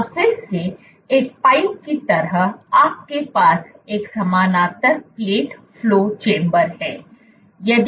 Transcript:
जहां फिर से एक पाइप की तरह आपके पास एक समानांतर प्लेट फ्लो चैम्बर है